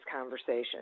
conversation